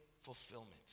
fulfillment